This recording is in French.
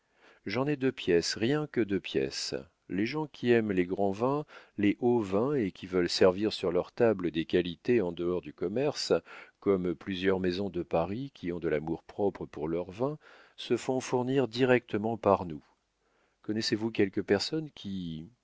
j'en ai deux pièces rien que deux pièces les gens qui aiment les grands vins les hauts vins et qui veulent servir sur leurs tables des qualités en dehors du commerce comme plusieurs maisons de paris qui ont de l'amour-propre pour leurs vins se font fournir directement par nous connaissez-vous quelques personnes qui